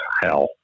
Hell